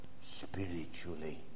spiritually